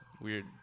weird